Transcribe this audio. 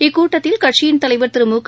இக்கூட்டத்தில் கட்சியின் தலைவர் திருமுக